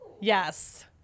Yes